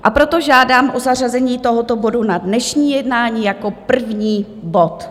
A proto žádám o zařazení tohoto bodu na dnešní jednání jako první bod.